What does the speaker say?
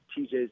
TJ's